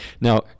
Now